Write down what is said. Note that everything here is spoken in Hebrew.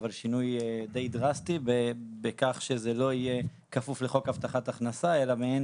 אבל שינוי די דרסטי בכך שזה לא יהיה כפוף לחוק הבטחת הכנסה אלא מעין